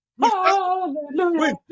Hallelujah